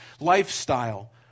lifestyle